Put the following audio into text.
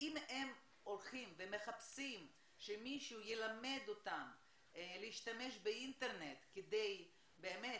הם הולכים ומחפשים שמישהו ילמד אותם להשתמש באינטרנט כדי באמת